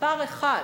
מספר אחת,